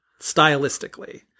stylistically